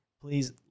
please